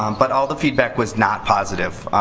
um but all the feedback was not positive.